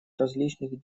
различных